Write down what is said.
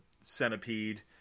centipede